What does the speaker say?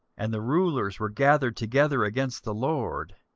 and the rulers were gathered together against the lord,